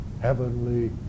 heavenly